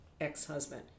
ex-husband